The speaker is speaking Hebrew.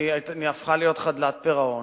היא הפכה להיות חדלת פירעון.